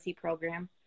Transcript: program